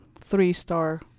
three-star